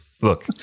Look